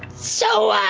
so.